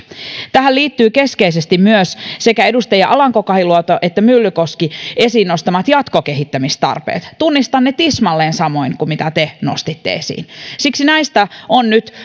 tähän liittyvät keskeisesti myös sekä edustaja alanko kahiluodon että myllykosken esiin nostamat jatkokehittämistarpeet tunnistan ne tismalleen samoin kuin mitä te nostitte esiin siksi näistä olen nyt